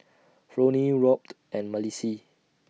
Fronie Robt and Malissie